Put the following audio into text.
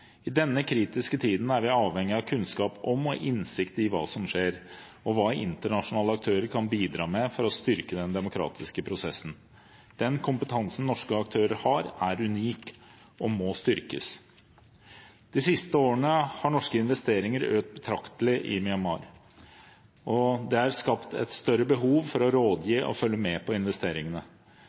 I denne kritiske tiden er vi avhengig av kunnskap om og innsikt i hva som skjer, og hva internasjonale aktører kan bidra med for å styrke den demokratiske prosessen. Den kompetansen norske aktører har, er unik og må styrkes. De siste årene har norske investeringer økt betraktelig i Myanmar, og det er skapt et større behov for å gi råd og følge med på investeringene.